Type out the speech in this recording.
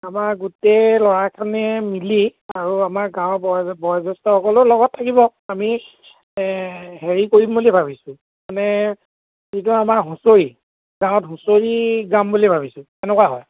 আমাৰ গোটেই ল'ৰাখনে মিলি আৰু আমাৰ গাঁৱৰ বয়োজেষ্ঠসকলো লগত থাকিব আমি এই হেৰি কৰিম বুলি ভাবিছোঁ মানে যিটো আমাৰ হুঁচৰি গাঁৱত হুঁচৰি গাম বুলিয়ে ভাবিছোঁ কেনেকুৱা হয়